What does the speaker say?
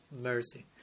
mercy